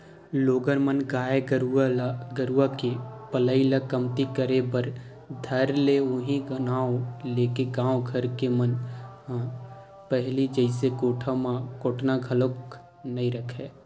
लोगन मन गाय गरुवा के पलई ल कमती करे बर धर ले उहीं नांव लेके गाँव घर के मन ह पहिली जइसे कोठा म कोटना घलोक नइ रखय